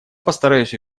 постараюсь